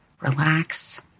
relax